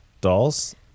dolls